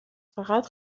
فقط